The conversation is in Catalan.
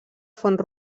font